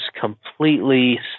completely